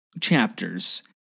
chapters